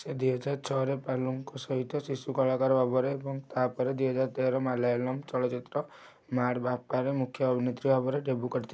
ସେ ଦୁଇ ହଜାର ଛଅରେ ପାଲୁଙ୍କୁ ସହିତ ଶିଶୁ କଳାକାର ଭାବରେ ଏବଂ ତା'ପରେ ଦୁଇ ହଜାର ତେର ମାଲାୟାଲମ୍ ଚଳଚ୍ଚିତ୍ର ମାର୍ଡ଼ ଭାପାକାରେ ମୁଖ୍ୟ ଅଭିନେତ୍ରୀ ଭାବରେ ଡେବ୍ୟୁ କରିଥିଲେ